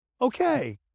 okay